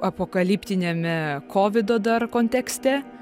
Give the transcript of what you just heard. apokaliptiniame kovido dar kontekste